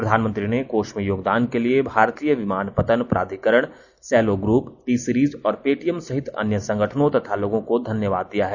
प्रधानमंत्री ने कोष में योगदान के लिए भारतीय विमानपत्तन प्राधिकरण सैलो ग्रुप टी सीरिज और पेटीएम सहित अन्य संगठनों तथा लोगों को धन्यवाद दिया है